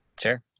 Sure